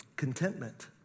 Contentment